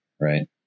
Right